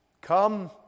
come